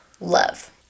love